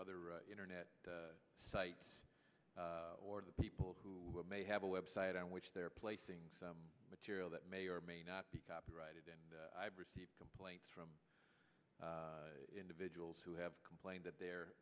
other internet sites or the people who may have a web site on which they're placing some material that may or may not be copyrighted and i've received complaints from individuals who have complained that the